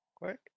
Quick